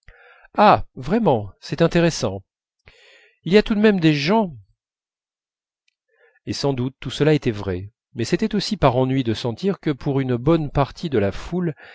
ah vraiment c'est intéressant il y a tout de même des gens et sans doute tout cela était vrai mais c'était aussi par ennui de sentir que pour une bonne partie de la foule